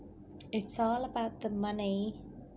it's all about the money